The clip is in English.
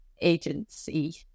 agency